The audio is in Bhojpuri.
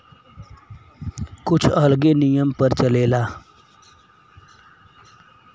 कुछ अलगे नियम पर चलेला